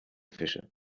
fische